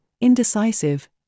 indecisive